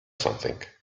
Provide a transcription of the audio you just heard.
something